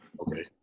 okay